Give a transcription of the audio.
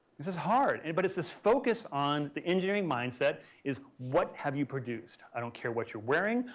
this is hard, and but it's this focus on the engineering mindset is what have you produced. i don't care what you're wearing.